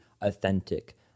authentic